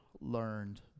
learned